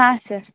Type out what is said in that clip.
ಹಾಂ ಸರ್